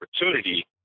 opportunity